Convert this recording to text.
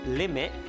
limit